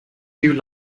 hugh